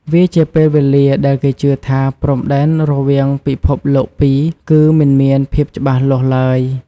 វាជាពេលវេលាដែលគេជឿថាព្រំដែនរវាងពិភពលោកពីរគឺមិនមានភាពច្បាស់លាស់ឡើយ។